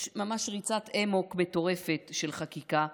יש ממש ריצת אמוק מטורפת של חקיקה,